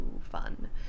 fun